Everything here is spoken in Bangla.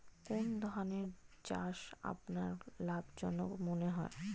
কোন ধানের চাষ আপনার লাভজনক মনে হয়?